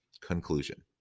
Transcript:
Conclusion